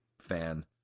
fan